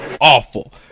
awful